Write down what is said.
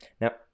Now